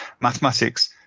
mathematics